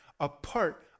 apart